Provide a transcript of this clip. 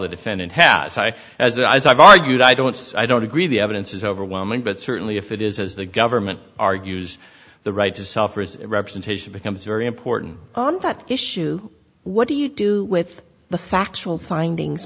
the defendant has i as i've argued i don't i don't agree the evidence is overwhelming but certainly if it is as the government argues the right to sell for his representation becomes very important on that issue what do you do with the factual findings